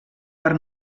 per